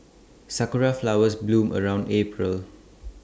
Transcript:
Sakura Flowers bloom around April